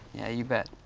you bet.